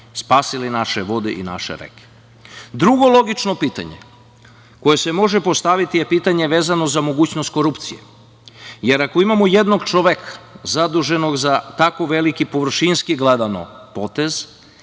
spasili naše vode i naše reke. Drugo logično pitanje koje se može postaviti je pitanje vezano za mogućnost korupcije, jer ako imamo jednog čoveka zaduženog za tako veliki, površinski gledano, potez